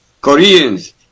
Koreans